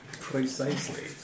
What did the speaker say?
Precisely